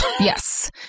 Yes